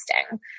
testing